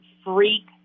freak